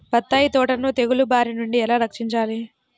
బత్తాయి తోటను తెగులు బారి నుండి ఎలా రక్షించాలి?